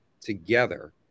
together